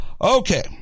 okay